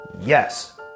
yes